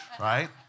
Right